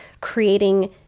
creating